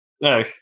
No